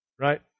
Right